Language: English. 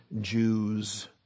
Jews